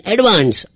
Advance